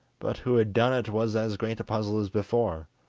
but who had done it was as great a puzzle as before.